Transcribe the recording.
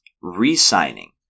re-signing